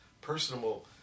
personable